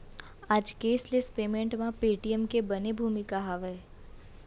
आज cashless payment म Paytm के बने भूमिका हावय